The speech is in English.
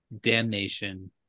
Damnation